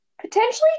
potentially